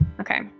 Okay